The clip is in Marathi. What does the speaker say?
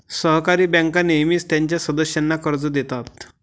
सहकारी बँका नेहमीच त्यांच्या सदस्यांना कर्ज देतात